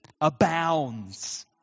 abounds